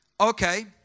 Okay